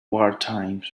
wartime